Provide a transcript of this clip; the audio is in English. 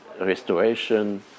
restoration